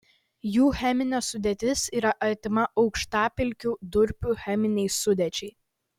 jų cheminė sudėtis yra artima aukštapelkių durpių cheminei sudėčiai